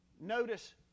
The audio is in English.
Notice